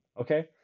okay